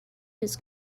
his